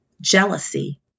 jealousy